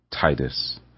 Titus